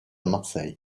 marseille